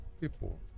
people